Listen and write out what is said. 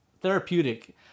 therapeutic